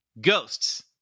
Ghosts